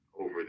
over